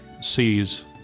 sees